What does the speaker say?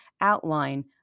outline